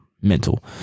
mental